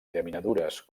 llaminadures